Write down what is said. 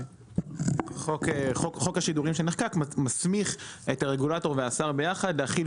חוק השידורים שנחקק מסמיך את הרגולטור ואת השר יחד להכין